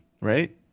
Right